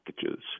packages